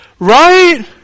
Right